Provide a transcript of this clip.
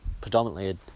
predominantly